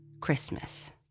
Christmas